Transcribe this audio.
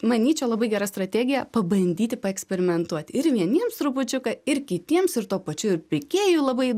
manyčiau labai gera strategija pabandyti paeksperimentuoti ir vieniems trupučiuką ir kitiems ir tuo pačiu ir pirkėju labai